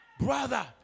Brother